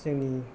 जोंनि